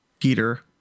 Peter